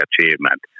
achievement